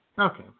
Okay